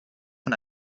von